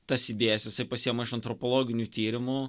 tas idėjas jisai pasiima iš antropologinių tyrimų